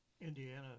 Indiana